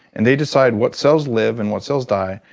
and they decide what cells live and what cells die.